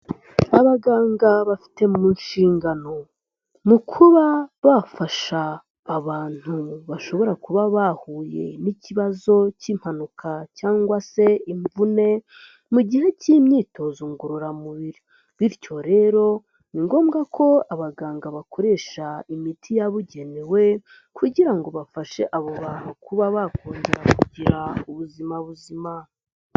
Abaganga bafite mu nshingano mu kuba bafasha abantu bashobora kuba bahuye n'ikibazo k'impanuka cyangwa se imvune mu gihe cy'imyitozo ngororamubiri. Bityo rero ni ngombwa ko abaganga bakoresha imiti yabugenewe kugira ngo bafashe abo bantu kuba bakongera kugira ubuzima buzima.